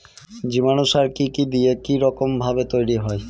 জীবাণু সার কি কি দিয়ে কি রকম ভাবে তৈরি হয়?